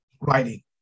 Writing